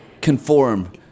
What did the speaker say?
Conform